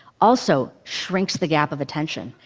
also shrinks the gap of attention.